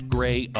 Gray